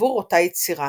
עבור אותה יצירה